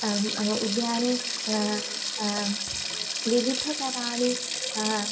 उद्याने विविधतराणि